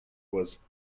was